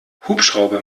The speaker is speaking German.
hubschrauber